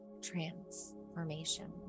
transformation